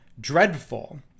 dreadful